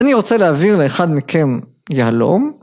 אני רוצה להעביר לאחד מכם יהלום.